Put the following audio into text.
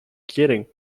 quieren